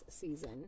season